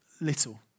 little